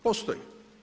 Postoji.